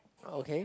okay